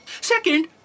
Second